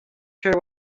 sure